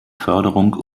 förderung